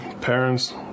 parents